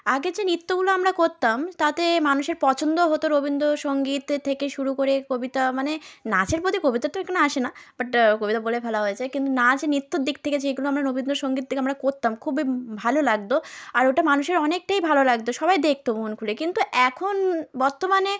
আগে যে নৃত্যগুলো আমরা করতাম তাতে মানুষের পছন্দ হতো রবীন্দ্রসঙ্গীতের থেকে শুরু করে কবিতা মানে নাচের প্রতি কবিতা তো এখানে আসে না বাট কবিতা বলে ফেলা হয়েছে কিন্তু নাচ নৃত্যর দিক থেকে যেগুলো আমরা রবীন্দ্রসঙ্গীত থেকে আমরা করতাম খুবই ভালো লাগতো আর ওটা মানুষের অনেকটাই ভালো লাগতো সবাই দেখতো মন খুলে কিন্তু এখন বর্তমানে